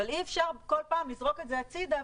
אבל אי אפשר כל פעם לזרוק את זה הצידה,